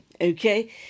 Okay